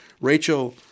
Rachel